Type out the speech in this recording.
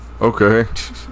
okay